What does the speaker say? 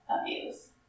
abuse